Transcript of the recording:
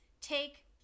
Take